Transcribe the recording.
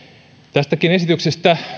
tästäkin esityksestä